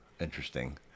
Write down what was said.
Interesting